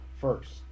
first